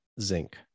zinc